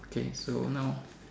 okay so now